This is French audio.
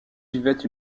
vivait